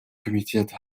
комитета